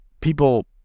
people